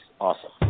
Awesome